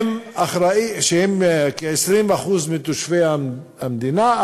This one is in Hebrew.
שהם כ-20% מתושבי המדינה,